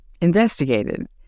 investigated